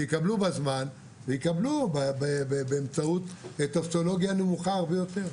שיקבלו בזמן ויקבלו באמצעות טופסולוגיה נמוכה הרבה יותר.